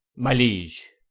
my liege